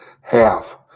half